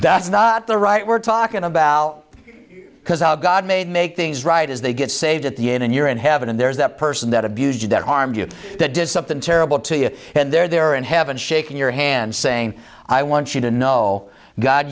that's not the right we're talking about because how god made make things right is they get saved at the end and you're in heaven and there's that person that abused that harmed you that does something terrible to you and they're there in heaven shaking your hand saying i want you to know god